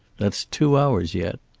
that's two hours yet.